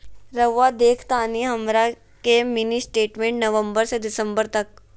रहुआ देखतानी हमरा के मिनी स्टेटमेंट नवंबर से दिसंबर तक?